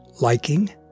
Liking